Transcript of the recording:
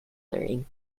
learning